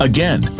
Again